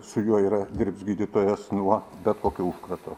su juo yra dirbs gydytojas nuo bet kokio užkrato